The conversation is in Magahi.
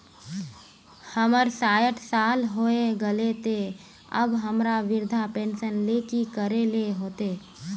हमर सायट साल होय गले ते अब हमरा वृद्धा पेंशन ले की करे ले होते?